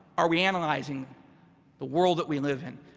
are we analyzing the world that we live in?